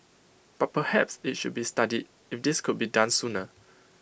but perhaps IT should be studied if this could be done sooner